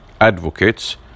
advocates